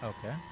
Okay